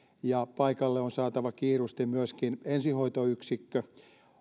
ja paikalle on saatava kiiruusti myöskin ensihoitoyksikkö